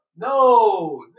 No